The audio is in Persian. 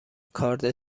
کارد